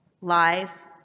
lies